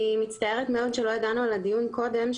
אני מצטערת מאוד שלא ידענו על הדיון קודם,